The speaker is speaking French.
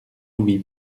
louis